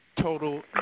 total